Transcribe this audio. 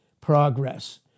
progress